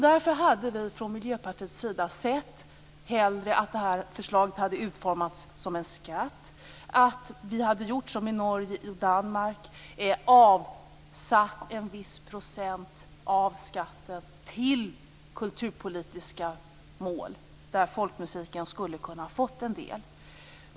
Därför hade vi från Miljöpartiets sida hellre sett att detta förslag hade utformats som en skatt och att vi hade gjort som i Norge och Danmark och avsatt en viss procent av skatten till kulturpolitiska mål där folkmusiken skulle ha kunnat få en del.